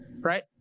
right